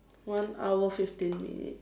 one hour fifteen minute